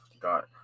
got